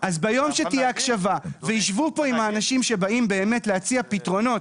אז ביום שתהיה הקשבה ויישבו פה עם האנשים שבאים באמת להציע פתרונות,